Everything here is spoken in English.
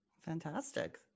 Fantastic